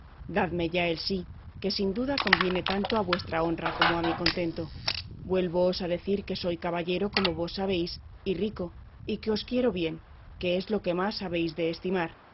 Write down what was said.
dadme ya el sí que sin duda conviene tanto a vuestra honra como a mi contento vuélvoos a decir que soy caballero como vos sabéis y rico y que os quiero bien que es lo que más habéis de estimar y que en cambio de